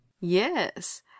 Yes